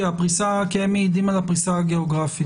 כי הם מעידים על הפריסה הגיאוגרפית.